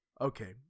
Okay